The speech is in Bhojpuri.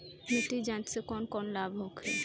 मिट्टी जाँच से कौन कौनलाभ होखे?